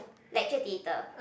lecture theatre